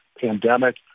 pandemic